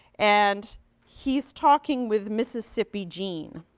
and he's talking with mississippi gene.